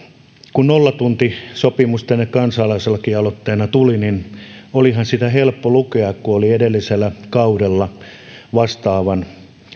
kun nollatuntisopimus tänne kansalaislakialoitteena tuli niin olihan sitä helppo lukea kun oli edellisellä kaudella vastaavan